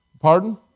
Pardon